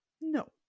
No